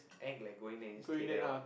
act like going then then you just stay there what